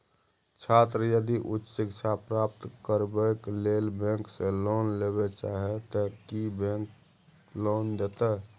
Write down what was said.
छात्र यदि उच्च शिक्षा प्राप्त करबैक लेल बैंक से लोन लेबे चाहे ते की बैंक लोन देतै?